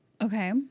okay